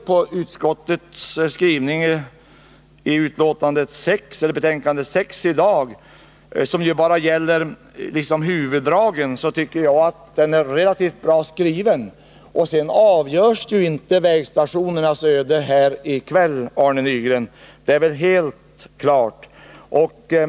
Trafikutskottets skrivning i betänkandet 7, som bara gäller huvuddragen, tycker jag är relativt bra. Vägstationernas öde avgörs inte här i kväll, Arne Nygren. Det är helt klart.